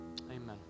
amen